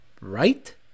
Right